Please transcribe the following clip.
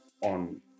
on